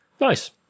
Nice